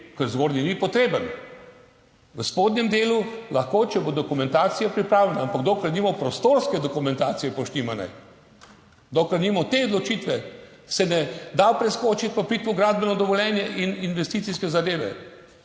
ker zgornji ni potreben. V spodnjem delu lahko, če bo dokumentacija pripravljena, ampak dokler nimamo prostorske dokumentacije urejene, dokler nimamo te odločitve, se ne da preskočiti pa priti v gradbeno dovoljenje in investicijske zadeve.